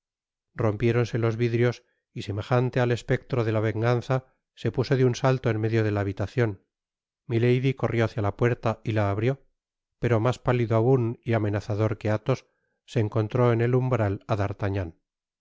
rompiéronse los vidrios y semejante al espectro de la venganza se puso de un salto en medio de la habitacion milady corrió hácia la puerta y la abrió pero mas pálido aun y amenazador que athos se encontró en el umbral á d'artagnan